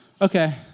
okay